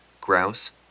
grouse